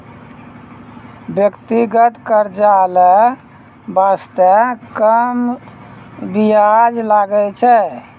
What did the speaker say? व्यक्तिगत कर्जा लै बासते कम बियाज लागै छै